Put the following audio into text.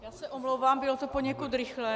Já se omlouvám, bylo to poněkud rychlé.